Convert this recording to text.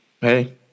Hey